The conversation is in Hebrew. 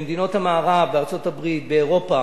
במדינות המערב, בארצות-הברית, באירופה,